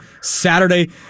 Saturday